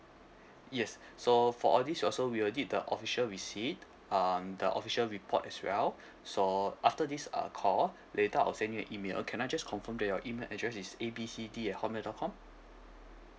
yes so for all this also we will need the official receipt um the official report as well so after this uh call later I'll send you an email can I just confirm that your email address is A B C D at Hotmail dot com